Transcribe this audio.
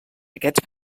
aquests